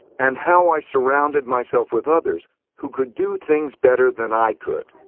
and how i surrounded myself with others who could do things better than i could.